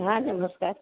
હાં નમસ્કાર